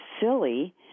silly